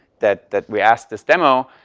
that that we asked this demo.